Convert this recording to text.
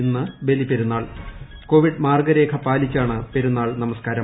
ഇന്ന് ബലി പെരുന്നാൾ കോവിഡ് മാർഗ്ഗരേഖ പാലിച്ചാണ് പെരുന്നാൾ നമസ്ക്കാരം